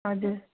हजुर